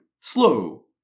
slow